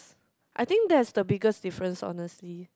I think that's the biggest difference honestly